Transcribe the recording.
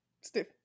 stiff